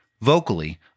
vocally